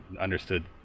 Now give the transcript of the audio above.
understood